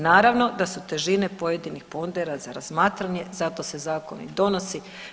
Naravno da su težine pojedinih pondera za razmatranje zato se zakon i donosi.